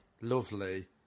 Lovely